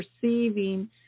perceiving